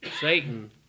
Satan